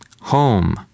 home